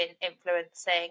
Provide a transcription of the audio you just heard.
influencing